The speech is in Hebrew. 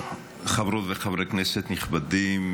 חברות וחברי כנסת נכבדים,